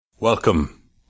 Welcome